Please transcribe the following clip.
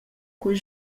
quei